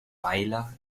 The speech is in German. weiler